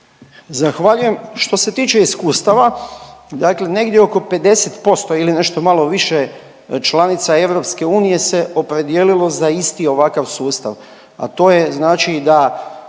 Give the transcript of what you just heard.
Zahvaljujem. Što se tiče iskustava dakle negdje oko 50% ili nešto malo više članica EU se opredijelilo za isti ovakav sustav, a to je znači da